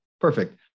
Perfect